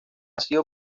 sido